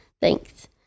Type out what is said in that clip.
thanks